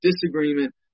disagreement